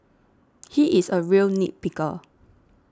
he is a real nit picker